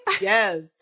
Yes